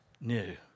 new